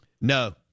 No